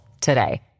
today